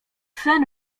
sen